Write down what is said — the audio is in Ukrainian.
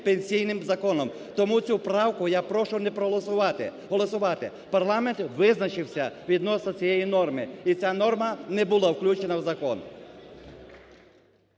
пенсійним законом. Тому цю правку я прошу не голосувати, парламент визначився відносно цієї норми і ця норма не була включена в закон.